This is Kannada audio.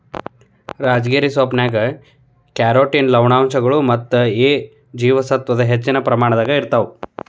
ರಾಜಗಿರಿ ಸೊಪ್ಪಿನ್ಯಾಗ ಕ್ಯಾರೋಟಿನ್ ಲವಣಾಂಶಗಳು ಮತ್ತ ಎ ಜೇವಸತ್ವದ ಹೆಚ್ಚಿನ ಪ್ರಮಾಣದಾಗ ಇರ್ತಾವ